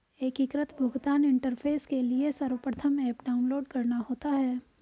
एकीकृत भुगतान इंटरफेस के लिए सर्वप्रथम ऐप डाउनलोड करना होता है